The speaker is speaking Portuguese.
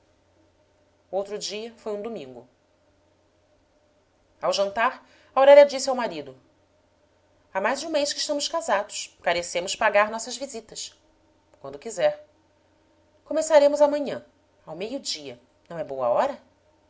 outro dia foi um domingo ao jantar aurélia disse ao marido há mais de um mês que estamos casados carecemos pagar nossas visitas quando quiser começaremos amanhã ao meio-dia não é boa hora